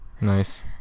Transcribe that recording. Nice